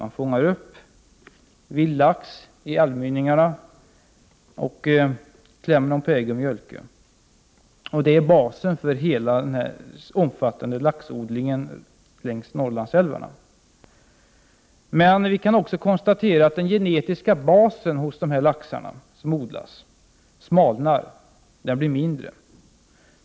Man fångar upp vild lax vid älvmynningarna och klämmer ur ägg och mjölke, vilket är basen för hela den omfattande laxodlingen längs Norrlandsälvarna. Vi kan också konstatera att den genetiska basen smalnar hos dessa laxar som odlas.